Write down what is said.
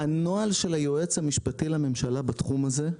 הנוהל של היועץ המשפטי לממשלה בתחום הזה,